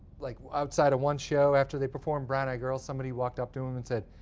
like outside of one show, after they performed brown-eyed girl, somebody walked up to him and said,